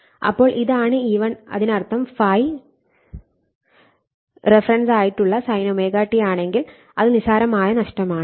അപ്പോൾ ഇതാണ് E1 അതിനർത്ഥം∅ റഫറൻസായിട്ടുള്ള sin ω t ആണെങ്കിൽ അത് നിസ്സാരമായ നഷ്ടമാണ്